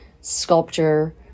sculpture